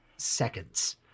seconds